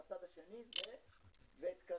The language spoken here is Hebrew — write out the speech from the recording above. ואת כריש,